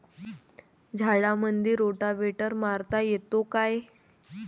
झाडामंदी रोटावेटर मारता येतो काय?